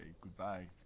goodbye